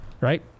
right